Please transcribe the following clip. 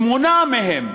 שמונה מהם,